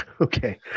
Okay